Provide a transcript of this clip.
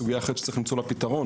סוגיה אחרת שצריך למצוא לה פתרון,